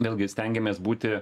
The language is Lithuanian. vėlgi stengiamės būti